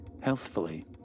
healthfully